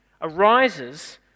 arises